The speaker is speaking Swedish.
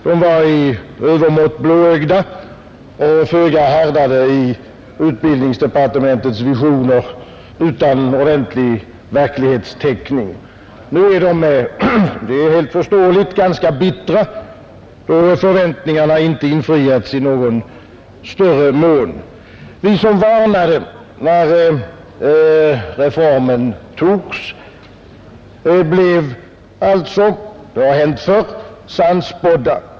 De var i övermått blåögda och föga härdade gentemot utbildningsdepartementets visioner utan ordentlig verklighetstäckning. Nu är de helt förståeligt ganska bittra, då förväntningarna inte infriats i någon större mån. Vi som varnade när reformen togs blev alltså — det har hänt förr — sannspådda.